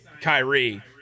Kyrie